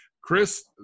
Chris